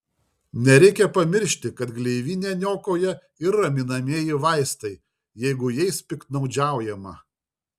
nereikia pamiršti kad gleivinę niokoja ir raminamieji vaistai jeigu jais piktnaudžiaujama